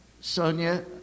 Sonia